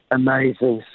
amazing